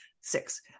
Six